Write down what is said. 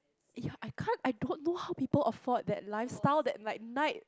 ya I can't I don't know how people afford that lifestyle that like night